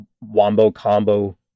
wombo-combo